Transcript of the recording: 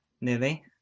nearly